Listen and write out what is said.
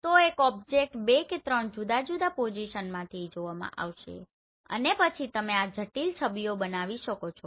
તો એક ઓબ્જેક્ટ બે કે ત્રણ જુદા જુદા પોઝિશનમાંથી જોવામાં આવશે અને પછી તમે આ જટિલ છબીઓ બનાવી શકો છો